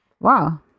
Wow